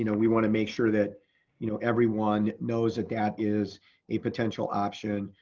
you know we wanna make sure that you know everyone knows that that is a potential option,